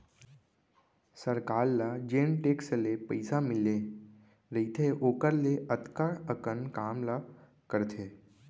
सरकार ल जेन टेक्स ले पइसा मिले रइथे ओकर ले अतका अकन काम ला करथे